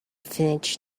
finish